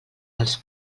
dels